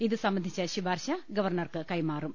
ഇത് സംബന്ധിച്ച ശുപാർശ ഗവർണർക്ക് കൈമാറും